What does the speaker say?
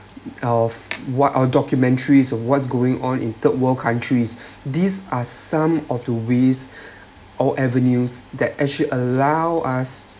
of what our documentaries of what's going on in third world countries these are some of the ways or avenues that actually allow us